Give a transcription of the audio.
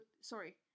sorry